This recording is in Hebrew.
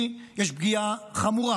מזה.